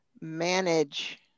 manage